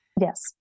Yes